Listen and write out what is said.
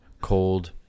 cold